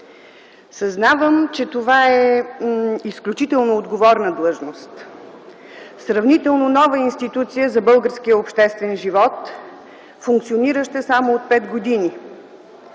Съзнавам, че това е изключително отговорна длъжност, сравнително нова институция за българския обществен живот, функционираща само от пет години.